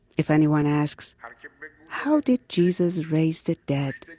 if anyone asks, how did yeah how did jesus raise the dead?